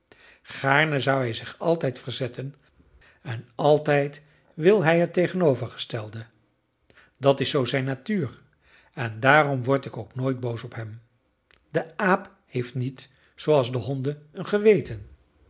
gaarne zou hij zich altijd verzetten en altijd wil hij het tegenovergestelde dat is zoo zijn natuur en daarom word ik ook nooit boos op hem de aap heeft niet zooals de honden een geweten